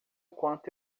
quanto